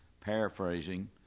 paraphrasing